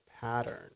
pattern